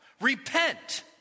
Repent